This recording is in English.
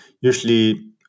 usually